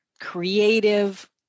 creative